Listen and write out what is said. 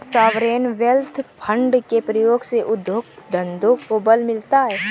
sovereign wealth fund के प्रयोग से उद्योग धंधों को बल मिलता है